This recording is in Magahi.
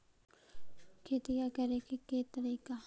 खेतिया करेके के तारिका?